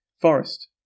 forest